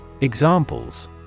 Examples